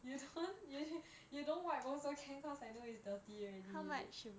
you don't you you don't wipe also can cause I know you dirty already